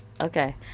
Okay